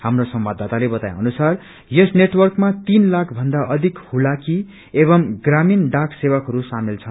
हाम्रो संवाददाताले बताए अनुसार यस नेटवर्कमा तीन लाख भन्दा अधिक हुलाकी एवं ग्रामीण डाक सेवकहरू शामेल छन्